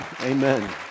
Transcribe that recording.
amen